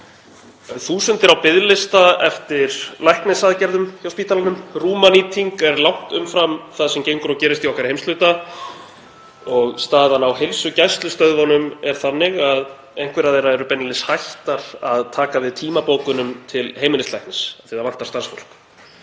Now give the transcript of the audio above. þúsundir á biðlista eftir læknisaðgerðum hjá spítalanum, rúmanýting er langt umfram það sem gengur og gerist í okkar heimshluta og staðan á heilsugæslustöðvunum er þannig að einhverjar þeirra eru beinlínis hættar að taka við tímabókunum til heimilislæknis því að starfsfólk